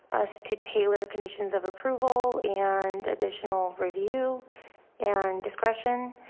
us to tailor conditions of approval and additional review and discretion.